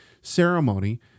ceremony